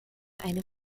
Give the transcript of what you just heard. eine